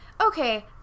okay